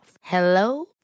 Hello